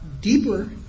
deeper